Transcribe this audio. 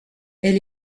elle